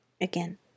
Again